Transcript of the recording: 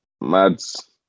Mads